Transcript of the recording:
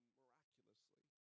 miraculously